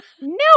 No